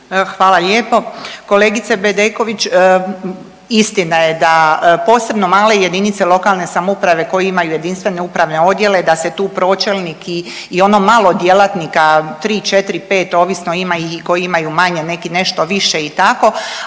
Hvala lijepo. Kolegice Bedeković, istina je da posebno male JLS koje imaju jedinstvene upravne odjele da se tu pročelnik i, i ono malo djelatnika 3-4-5 ovisno ima ih i koji imaju manje, neki nešto više i tako,